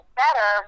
better